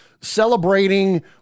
celebrating